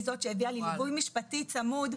היא זאת שהביאה לי ליווי משפטי צמוד,